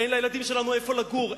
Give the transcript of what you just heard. אין לילדים שלנו איפה לגור.